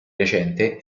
recente